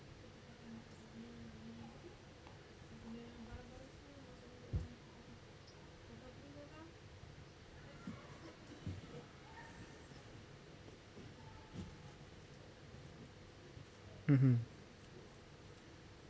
mmhmm